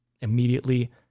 immediately